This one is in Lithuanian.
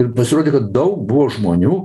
ir pasirodė kad daug buvo žmonių